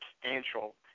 substantial